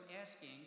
asking